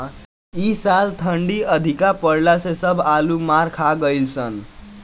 इ साल ठंडी अधिका पड़ला से सब आलू मार खा गइलअ सन